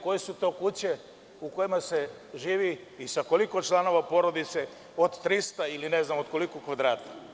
Koje su to kuće u kojima se živi i sa koliko članova porodice od 300 ili ne znam koliko kvadrata?